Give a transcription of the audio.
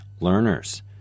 learners